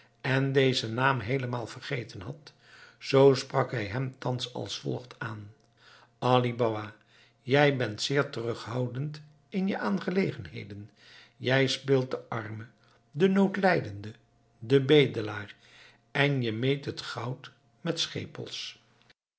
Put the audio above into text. en dezen naam heelemaal vergeten had zoo sprak hij hem thans als volgt aan ali baba jij bent zeer terughoudend in je aangelegenheden jij speelt den arme den noodlijdende den bedelaar en je meet het goud met schepels